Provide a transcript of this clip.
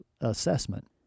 assessment